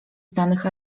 znanych